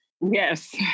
yes